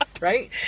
right